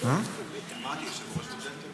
את הדברים שלי